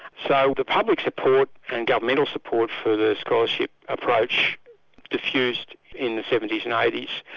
so the public support and governmental support for the scholarship approach diffused in the seventy s and eighty